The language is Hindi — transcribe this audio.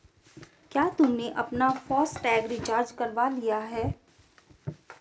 क्या तुमने अपना फास्ट टैग रिचार्ज करवा लिया है?